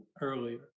earlier